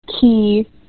key